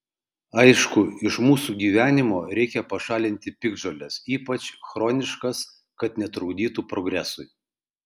aišku iš mūsų gyvenimo reikia pašalinti piktžoles ypač chroniškas kad netrukdytų progresui